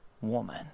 woman